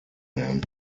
man